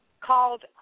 called